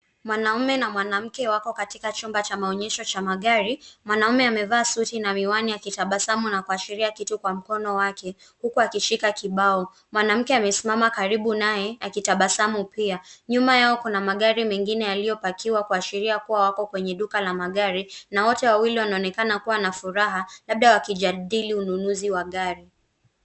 Mwanaume na mwanamke wako katika chumba cha maonyesho cha magari. Mwanamume amevaa suti na miwani akitabasamu na kuashiria kitu kwa mkono wake kuku akishika kibao. Mwanamke amesimama karibu naye akitabasamu pia. Nyuma yao kuna magari mengine yaliyopakiwa kwa sheria kuwa wako kwenye duka la magari na wote wawili wanaonekana kuwa na furaha labda wakijadili ununuzi wa gari.